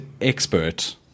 expert